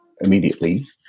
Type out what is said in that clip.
immediately